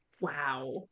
Wow